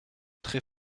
très